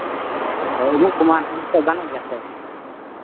ᱦᱳᱭ ᱩᱢᱩᱜ ᱠᱚᱢᱟ ᱱᱤᱛᱚᱜ ᱜᱟᱱᱚᱜ ᱜᱮᱭᱟ ᱥᱮ